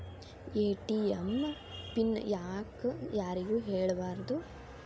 ATM PIN ಯಾಕ್ ಯಾರಿಗೂ ಹೇಳಬಾರದು?